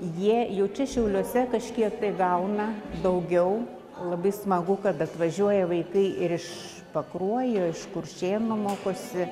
jie jau čia šiauliuose kažkiek tai gauna daugiau labai smagu kad atvažiuoja vaikai ir iš pakruojo iš kuršėnų mokosi